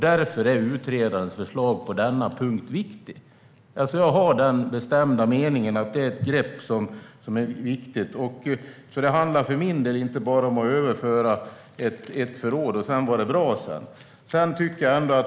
Därför är utredarens förslag på denna punkt viktigt. Min bestämda mening är att det är ett viktigt grepp. För min del handlar det inte bara om att överföra ett förråd och så är det bra med det.